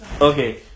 Okay